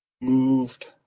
Moved